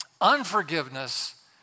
Unforgiveness